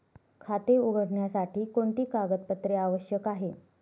खाते उघडण्यासाठी कोणती कागदपत्रे आवश्यक आहे?